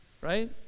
right